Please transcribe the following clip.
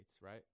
right